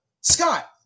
Scott